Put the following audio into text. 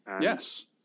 Yes